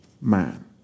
man